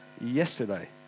yesterday